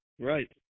Right